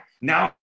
Now